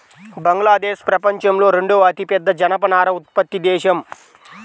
బంగ్లాదేశ్ ప్రపంచంలో రెండవ అతిపెద్ద జనపనార ఉత్పత్తి దేశం